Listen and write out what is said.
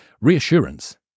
reassurance